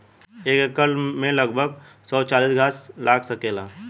एक एकड़ में लगभग एक सौ चालीस गाछ लाग सकेला